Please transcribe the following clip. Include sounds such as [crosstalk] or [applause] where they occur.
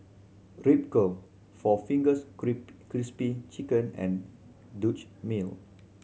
Ripcurl Four Fingers [unintelligible] Crispy Chicken and Dutch Mill